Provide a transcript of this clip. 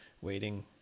waiting